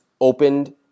opened